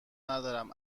ندارم